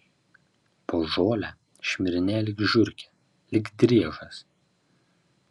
po žolę šmirinėja lyg žiurkė lyg driežas